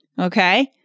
Okay